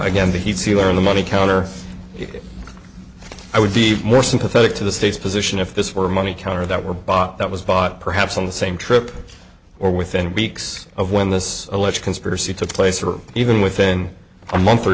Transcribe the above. again be he to learn the money counter i would be more sympathetic to the state's position if this were a money counter that were bought that was bought perhaps on the same trip or within weeks of when this alleged conspiracy took place or even within a month or